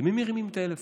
למי מרימים טלפון?